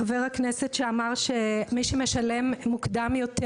לחבר הכנסת שאמר שמי שמשלם מוקדם יותר